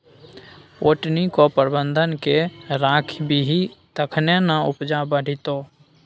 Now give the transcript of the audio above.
पटौनीक प्रबंधन कए राखबिही तखने ना उपजा बढ़ितौ